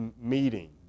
meeting